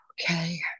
okay